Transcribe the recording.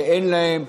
שאין להם.